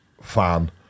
fan